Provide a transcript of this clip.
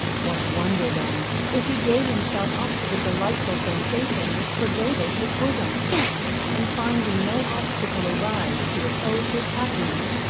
what wonder then if he gave himself up to the delightful sensation which pervaded his bosom and finding no obstacle arise to oppose his happiness,